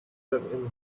them